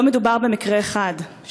לא מדובר במקרה אחד.